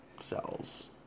Cells